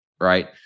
right